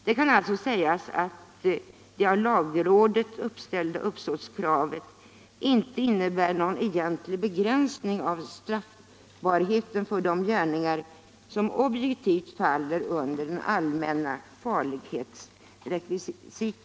Det kan alltså sägas att det av lagrådet uppställda uppsåtskravet inte innebär någon egentlig begränsning av straffbarheten för de gärningar som objektivt faller under de allmänna farlighetsrekvisiten.